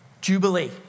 Jubilee